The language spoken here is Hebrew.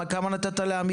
כמה נתת לעמידר?